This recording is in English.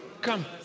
come